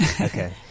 Okay